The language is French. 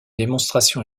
démonstration